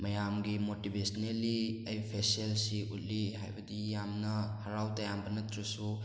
ꯃꯌꯥꯝꯒꯤ ꯃꯣꯇꯤꯕꯦꯁꯅꯦꯜꯂꯤ ꯑꯩ ꯐꯦꯁꯦꯜꯁꯤ ꯎꯠꯂꯤ ꯍꯥꯏꯕꯗꯤ ꯌꯥꯝꯅ ꯍꯔꯥꯎ ꯇꯌꯥꯝꯕ ꯅꯠꯇ꯭ꯔꯁꯨ